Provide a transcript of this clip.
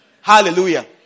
Hallelujah